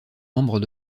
membres